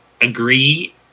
agree